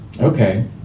Okay